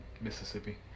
Mississippi